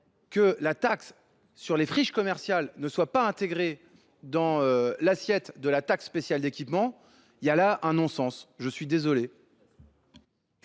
que la taxe sur les friches commerciales ne soit pas intégrée dans l’assiette de la taxe spéciale d’équipement, il y a là un non sens ! Je mets aux